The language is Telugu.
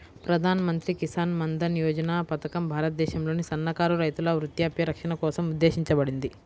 ప్రధాన్ మంత్రి కిసాన్ మన్ధన్ యోజన పథకం భారతదేశంలోని సన్నకారు రైతుల వృద్ధాప్య రక్షణ కోసం ఉద్దేశించబడింది